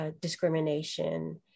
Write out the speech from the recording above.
discrimination